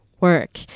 work